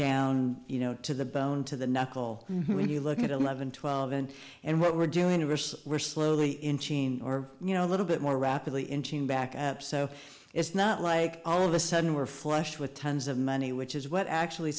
down you know to the bone to the knuckle when you look at eleven twelve and and what we're doing to verse we're slowly inching or you know a little bit more rapidly inching back up so it's not like all of a sudden we're flush with tons of money which is what actually